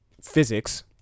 physics